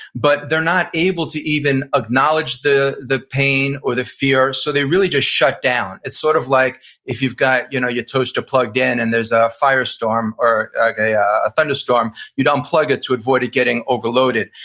but they're not able to even acknowledge the the pain or the fear so they really just shut down. it's sort of like if you've got you know your toaster plugged in and there's a firestorm, or ah a ah a thunderstorm you'd unplug it to avoid it getting overloaded.